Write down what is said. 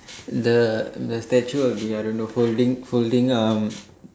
the the statue of the I don't know folding folding um